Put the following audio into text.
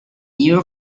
your